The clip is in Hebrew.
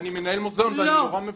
אני מנהל מוזיאון ואני נורא מבולבל.